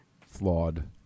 flawed